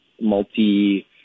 multi